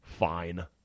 fine